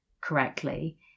correctly